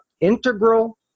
integral